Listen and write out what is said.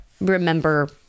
remember